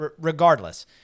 regardless